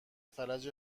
فلج